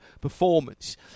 performance